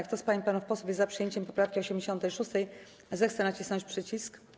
Kto z pań i panów posłów jest za przyjęciem poprawki 86., proszę nacisnąć przycisk.